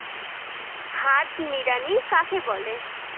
হাত নিড়ানি কাকে বলে?